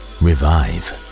revive